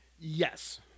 Yes